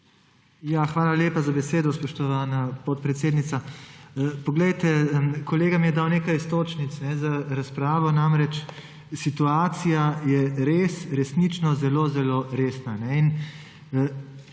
Hvala lepa za besedo, spoštovana podpredsednica. Kolega mi je dal nekaj iztočnic za razpravo. Situacija je resnično zelo zelo resna.